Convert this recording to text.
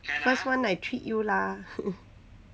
first one I treat you ah